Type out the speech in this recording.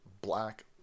black